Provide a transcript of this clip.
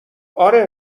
آره